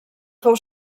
fou